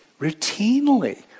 routinely